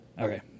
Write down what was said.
Okay